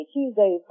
Tuesday